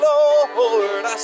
Lord